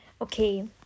Okay